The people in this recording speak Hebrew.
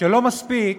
שלא מספיק